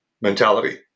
mentality